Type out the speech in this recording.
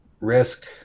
risk